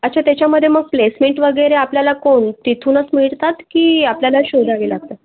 अच्छा त्याच्यामध्ये मग प्लेसमेंट वगैरे आपल्याला कोण तिथूनच मिळतात की आपल्याला शोधावी लागतात